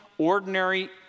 ordinary